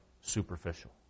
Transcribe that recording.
superficial